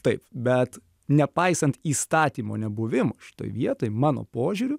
taip bet nepaisant įstatymo nebuvimo šitoj vietoj mano požiūriu